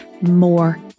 more